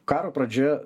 karo pradžia